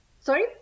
Sorry